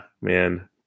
man